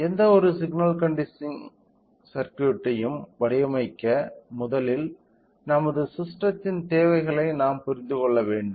எந்த ஒரு signal conditioning சர்க்யூட்டையும் முதலில் வடிவமைக்க நமது சிஸ்டத்தின் தேவைகளை நாம் புரிந்து கொள்ள வேண்டும்